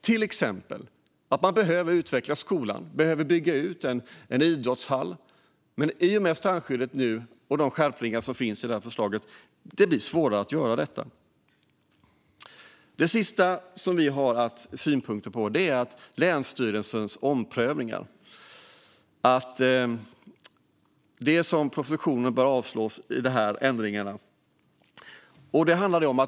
Till exempel kanske man behöver utveckla skolan eller bygga ut en idrottshall, men i och med strandskyddet och de skärpningar som finns i det här förslaget blir det svårare att göra detta. Det sista som vi har haft synpunkter på är länsstyrelsens omprövningar. Propositionen bör avslås när det gäller de här ändringarna.